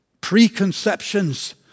preconceptions